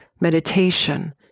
meditation